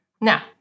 Now